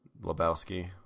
Lebowski